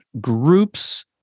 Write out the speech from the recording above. groups